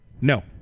No